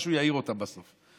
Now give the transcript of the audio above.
משהו יעיר אותם בסוף.